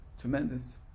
tremendous